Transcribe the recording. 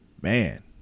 man